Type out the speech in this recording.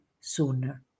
sooner